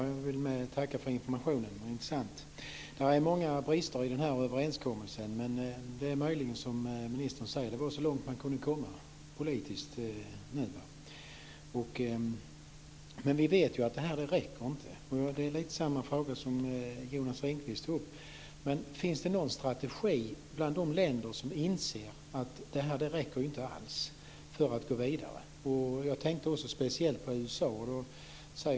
Fru talman! Jag vill tacka för informationen, som var intressant. Det är ju många brister i den här överenskommelsen, men det är möjligt att det är som ministern säger, att den går så långt som det nu var möjligt att komma politiskt. Men vi vet att det här inte räcker. Jag har ungefär samma frågor som de som Jonas Ringqvist tog upp. Finns det någon strategi bland de länder som inser att det här inte alls räcker för att gå vidare? Jag tänker speciellt på USA.